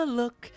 look